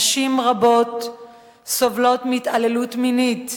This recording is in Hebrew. נשים רבות סובלות מהתעללות מינית,